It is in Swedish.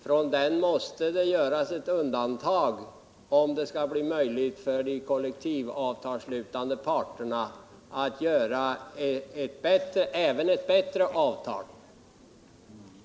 Från den måste det göras ett undantag om det skall bli möjligt för de kollektivavtalsslutande parterna att åstadkomma även ett bättre avtal.